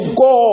go